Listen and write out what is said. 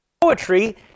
Poetry